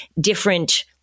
different